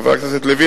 חבר הכנסת לוין,